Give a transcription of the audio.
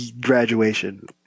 graduation